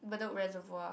Bedok-Reservoir